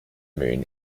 moon